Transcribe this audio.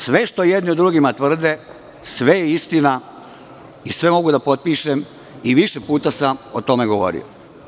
Sve što jedni o drugima tvrde sve je istina i sve mogu da potpišem i više puta sam o tome govorio.